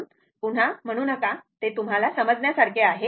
म्हणून पुन्हा पुन्हा म्हणू नका ते तुम्हाला समजण्यासारखे आहे